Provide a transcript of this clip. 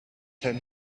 ten